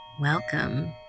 welcome